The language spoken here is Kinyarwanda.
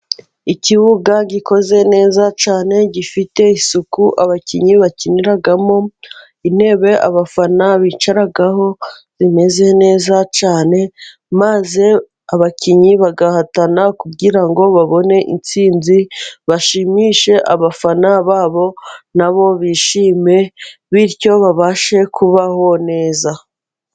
Ikibuga gikoze neza cyane gifite isuku abakinnyi bakiniramo, intebe abafana bicaraho zimeze neza cyane, maze abakinnyi bagahatana kugira ngo babone intsinzi bashimishe abafana babo, na bo bishime bityo babashe kubaho neza.